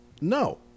No